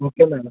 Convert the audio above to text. okay madam